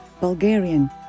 Bulgarian